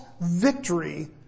victory